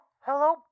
hello